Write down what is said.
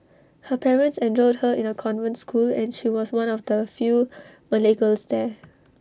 her parents enrolled her in A convent school and she was one of the few Malay girls there